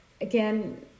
again